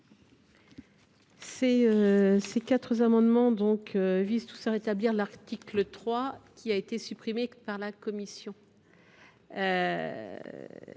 Ces quatre amendements visent à rétablir l’article 3, qui a été supprimé par la commission.